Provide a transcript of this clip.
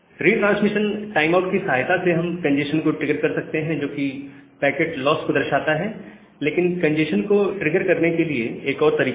retransmission time out की सहायता से हम कंजेस्शन को ट्रिगर कर सकते हैं जोकि पैकेट लॉस को दर्शाता है लेकिन कंजेस्शन को ट्रिगर करने के लिए एक और तरीका है